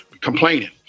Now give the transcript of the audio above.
complaining